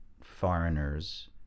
foreigners